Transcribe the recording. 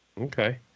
Okay